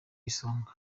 isonga